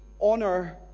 honor